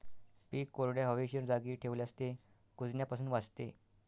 पीक कोरड्या, हवेशीर जागी ठेवल्यास ते कुजण्यापासून वाचते